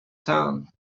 town